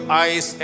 eyes